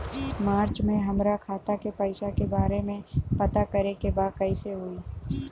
मार्च में हमरा खाता के पैसा के बारे में पता करे के बा कइसे होई?